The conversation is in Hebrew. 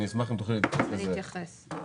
אני אשמח אם תוכלי להתייחס לזה.